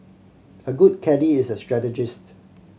a good caddie is a strategist